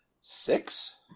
Six